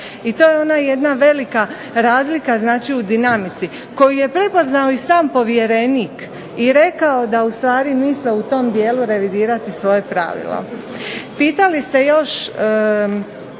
I to je ona jedna velika razlika znači u dinamici koju je prepoznao i sam povjerenik i rekao da ustvari misle u tom dijelu revidirati svoja pravila.